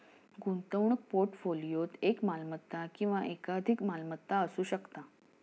गुंतवणूक पोर्टफोलिओत एक मालमत्ता किंवा एकाधिक मालमत्ता असू शकता